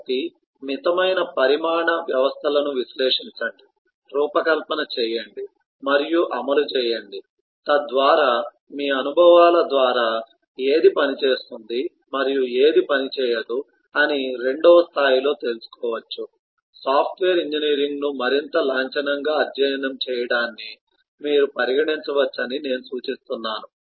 కాబట్టి మితమైన పరిమాణ వ్యవస్థలను విశ్లేషించండి రూపకల్పన చేయండి మరియు అమలు చేయండి తద్వారా మీ అనుభవాల ద్వారా ఏది పని చేస్తుంది మరియు ఏది పని చేయదు అని రెండవ స్థాయిలో తెలుసుకోవచ్చు సాఫ్ట్వేర్ ఇంజనీరింగ్ను మరింత లాంఛనంగా అధ్యయనం చేయడాన్ని మీరు పరిగణించవచ్చని నేను సూచిస్తున్నాను